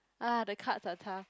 ah the cards are tough